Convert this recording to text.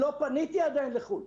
עדיין לא פניתי לחוץ לארץ.